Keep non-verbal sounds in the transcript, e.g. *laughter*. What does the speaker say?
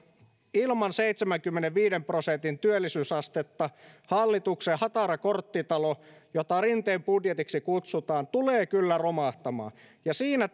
ilman seitsemänkymmenenviiden prosentin työllisyysastetta hallituksen hatara korttitalo jota rinteen budjetiksi kutsutaan tulee kyllä romahtamaan ja siinä *unintelligible*